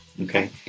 Okay